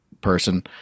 person